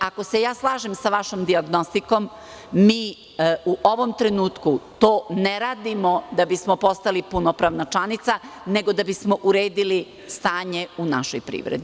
Ako se ja slažem sa vašom dijagnostikom, mi u ovom trenutku to ne radimo da bismo postali punopravna članica, nego da bismo uredili stanje u našoj privredi.